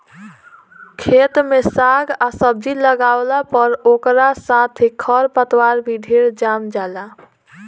खेत में साग आ सब्जी लागावला पर ओकरा साथे खर पतवार भी ढेरे जाम जाला